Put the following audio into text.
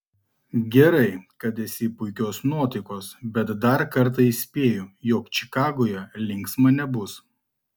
gerai kad esi puikios nuotaikos bet dar kartą įspėju jog čikagoje linksma nebus